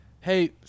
Hey